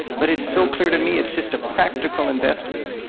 but it's so clear to me, it's just a practical investment.